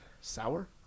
Sour